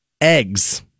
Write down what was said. Eggs